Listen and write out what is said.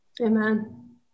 Amen